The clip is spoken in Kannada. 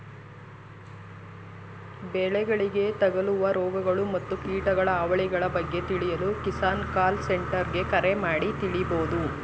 ಬೆಳೆಗಳಿಗೆ ತಗಲುವ ರೋಗಗಳು ಮತ್ತು ಕೀಟಗಳ ಹಾವಳಿಗಳ ಬಗ್ಗೆ ತಿಳಿಯಲು ಕಿಸಾನ್ ಕಾಲ್ ಸೆಂಟರ್ಗೆ ಕರೆ ಮಾಡಿ ತಿಳಿಬೋದು